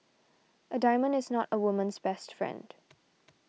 a diamond is not a woman's best friend